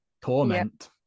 torment